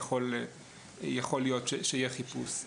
יכול להיות שיהיה חיפוש.